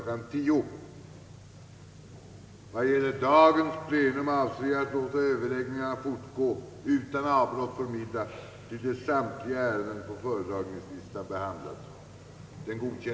10.00. Vad gäller dagens plenum avser jag att låta överläggningarna fortgå utan